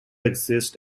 exists